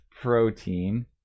protein